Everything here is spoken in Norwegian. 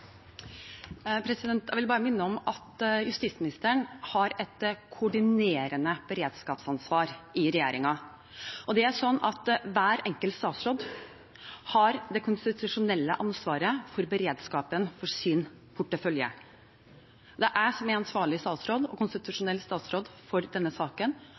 Jeg vil bare minne om at justisministeren har et koordinerende beredskapsansvar i regjeringen. Det er sånn at hver enkelt statsråd har det konstitusjonelle ansvaret for beredskapen for sin portefølje. Det er jeg som er ansvarlig statsråd og konstitusjonell statsråd for denne saken,